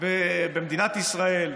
במדינת ישראל,